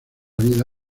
vida